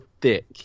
thick